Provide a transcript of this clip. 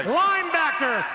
linebacker